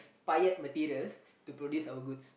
~pired materials to produce our goods